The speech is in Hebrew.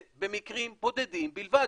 במקרים בודדים בלבד,